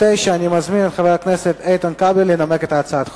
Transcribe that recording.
2009. אני מזמין את חבר הכנסת איתן כבל לנמק את הצעת החוק.